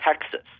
Texas